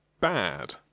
bad